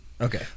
Okay